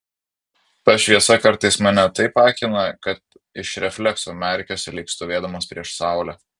ta šviesa kartais mane taip akina kad iš reflekso merkiuosi lyg stovėdamas prieš saulę